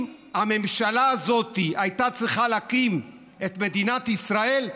אם הממשלה הזאת הייתה צריכה להקים את מדינת ישראל,